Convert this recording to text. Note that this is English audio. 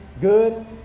good